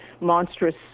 monstrous